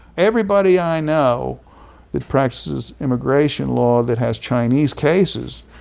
everybody i know that practices immigration law that has chinese cases,